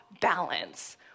balance